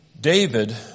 David